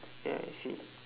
ya I see